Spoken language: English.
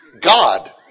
God